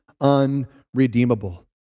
unredeemable